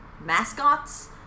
mascots